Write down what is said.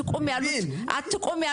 התרגום,